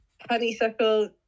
Honeysuckle